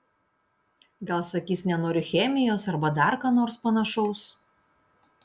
gal sakys nenoriu chemijos arba dar ką nors panašaus